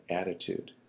attitude